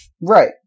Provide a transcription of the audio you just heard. Right